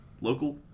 local